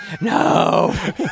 no